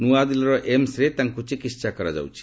ନୂଆଦିଲ୍ଲୀର ଏମ୍ସ୍ରେ ତାଙ୍କୁ ଚିକିହା କରାଯାଉଛି